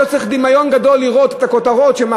לא צריך דמיון גדול לראות את הכותרות שיהיו